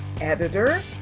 editor